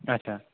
اَچھا